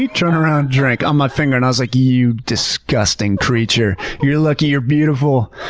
pee, turn around, drink, on my finger. and i was like, you disgusting creature! you're lucky you're beautiful!